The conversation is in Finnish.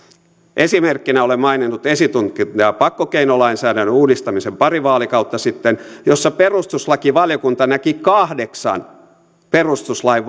esimerkkinä olen maininnut esitutkinta ja pakkokeinolainsäädännön uudistamisen pari vaalikautta sitten jossa perustuslakivaliokunta näki kahdeksan perustuslain